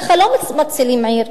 ככה לא מצילים עיר.